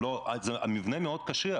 המבנה מאוד קשיח.